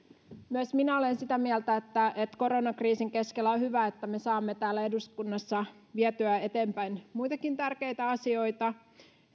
myös minä olen sitä mieltä että että koronakriisin keskellä on hyvä että me saamme täällä eduskunnassa vietyä eteenpäin muitakin tärkeitä asioita